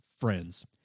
friends